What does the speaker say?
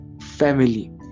family